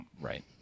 Right